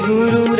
Guru